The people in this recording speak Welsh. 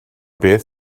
beth